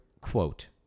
quote